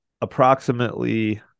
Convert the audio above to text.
approximately